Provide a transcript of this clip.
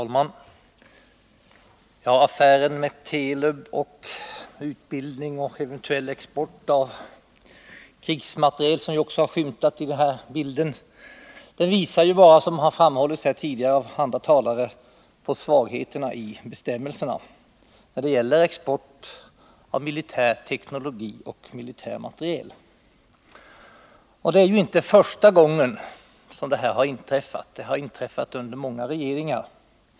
Herr talman! Affären med Telub, frågor om utbildning och eventuell export av krigsmateriel, som också har skymtat i den här bilden, visar bara — såsom framhållits tidigare av andra talare — på svagheterna i bestämmelserna när det gäller export av militär teknologi och militär materiel. Det är inte första gången som sådant här har inträffat. Det har skett under många regeringar.